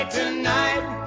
tonight